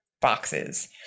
boxes